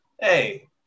hey